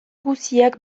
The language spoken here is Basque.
guztiak